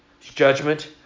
judgment